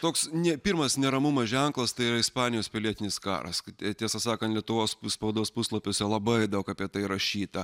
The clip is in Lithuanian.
toks ne pirmas neramumas ženklas tai yra ispanijos pilietinis karas kad tiesą sakant lietuvos spaudos puslapiuose labai daug apie tai rašyta